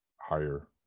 higher